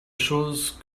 chose